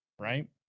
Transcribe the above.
right